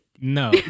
No